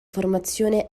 formazione